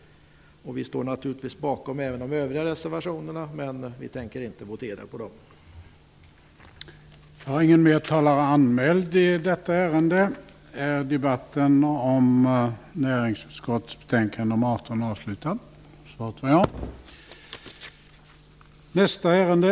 Naturligtvis står vi också bakom övriga reservationer, men vi tänker inte begära votering i fråga om dessa.